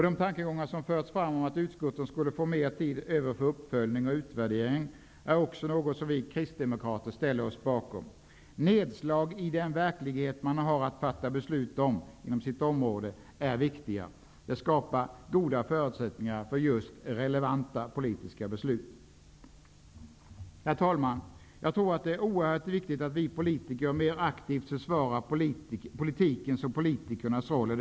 De tankegångar som förts fram om att utskotten skulle få mer tid över för uppföljning och utvärdering ställer vi kristdemokrater oss bakom. Nedslag i den verklighet man har att fatta beslut om inom sitt område är viktiga. Det skapar goda förutsättningar för relevanta politiska beslut. Jag tror att det är oerhört viktigt att vi politiker mer aktivt försvarar politikens och politikernas roll.